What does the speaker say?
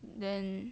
then